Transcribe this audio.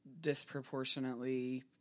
disproportionately